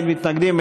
אין מתנגדים,